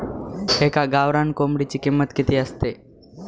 एका गावरान कोंबडीची किंमत किती असते?